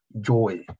joy